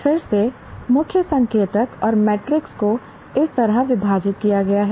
फिर से मुख्य संकेतक और मैट्रिक्स को इस तरह विभाजित किया गया है